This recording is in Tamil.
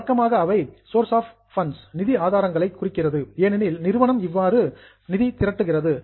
வழக்கமாக அவை சோர்சஸ் ஆஃப் பண்ட்ஸ் நிதி ஆதாரங்களை குறிக்கிறது ஏனெனில் நிறுவனம் இவ்வாறு ரெயிசிங் பண்ட்ஸ் நிதி திரட்டுகிறது